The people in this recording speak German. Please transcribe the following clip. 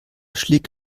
schlick